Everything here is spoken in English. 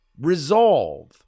resolve